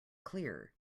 clear